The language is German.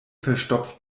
verstopft